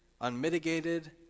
unmitigated